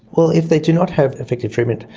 well, if they do not have effective treatment,